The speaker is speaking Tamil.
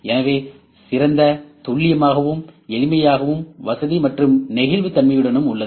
எனவே சிறந்த துல்லியமாகவும் எளிமையாகவும் வசதி மற்றும் நெகிழ்வுத்தன்மையுடனும் உள்ளது